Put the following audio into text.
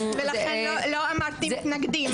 לכן לא אמרתי מתנגדים.